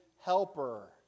helper